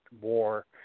war